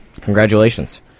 Congratulations